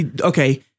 Okay